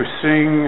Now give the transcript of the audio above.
sing